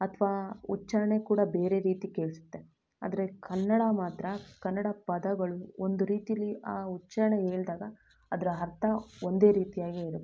ಅಥವಾ ಉಚ್ಛಾರ್ಣೆ ಕೂಡ ಬೇರೆ ರೀತಿ ಕೇಳಿಸುತ್ತೆ ಆದರೆ ಕನ್ನಡ ಮಾತ್ರ ಕನ್ನಡ ಪದಗಳು ಒಂದು ರೀತೀಲಿ ಆ ಉಚ್ಛಾರ್ಣೆ ಹೇಳ್ದಾಗ ಅದರ ಅರ್ಥ ಒಂದೇ ರೀತಿಯಾಗೇ ಇರುತ್ತೆ